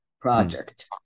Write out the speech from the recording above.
project